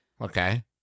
Okay